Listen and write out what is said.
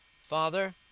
Father